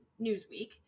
Newsweek